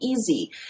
easy